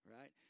Right